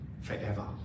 forever